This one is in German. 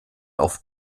auf